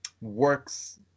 works